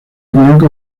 blanco